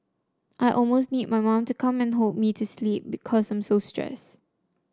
I almost need my mum to come and hold me to sleep because I'm so stressed